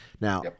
Now